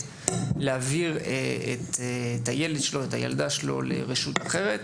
להעביר את הילד או הילדה שלו לרשות אחרת?